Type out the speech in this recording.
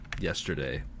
yesterday